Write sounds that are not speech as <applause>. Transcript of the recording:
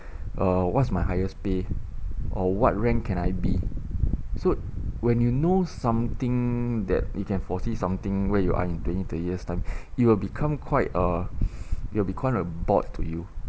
uh what's my highest pay or what rank can I be so when you know something that you can foresee something where you are in twenty thirty years time it will become quite uh <breath> it'll be quite a bored to you